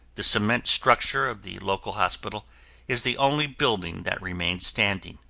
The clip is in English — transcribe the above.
the cement structure of the local hospital is the only building that remains standing.